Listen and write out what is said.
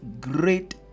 great